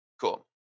Cool